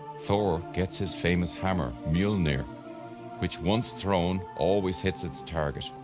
thor gets his famous hammer mjollnir, which, once thrown, always hits its target,